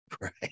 Right